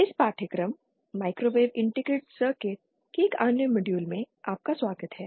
इस पाठ्यक्रम microwave integrated circuit के एक अन्य मॉड्यूल में आपका स्वागत है